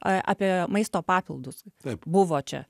a apie maisto papildus buvo čia